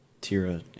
Tira